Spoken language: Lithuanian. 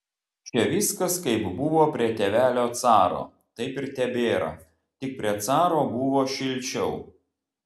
čia viskas kaip buvo prie tėvelio caro taip ir tebėra tik prie caro buvo šilčiau